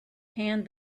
hand